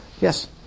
Yes